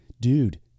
dude